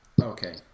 Okay